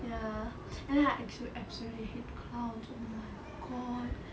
ya and then like I absolute~ absolutely hate clowns oh my god